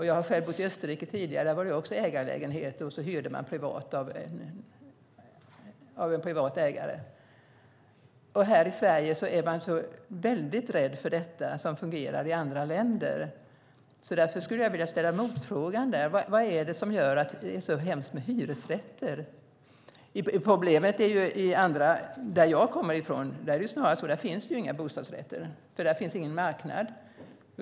Jag har själv tidigare bott i Österrike, där det fanns ägarlägenheter, och så hyrde man privat av en privat ägare. Men här i Sverige är man så väldigt rädd för detta som fungerar i andra länder. Därför skulle jag vilja ställa en motfråga: Vad är det som gör att det är så hemskt med hyresrätter? Där jag kommer från är problemet snarast att det inte finns några bostadsrätter, eftersom det inte finns någon marknad.